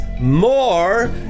more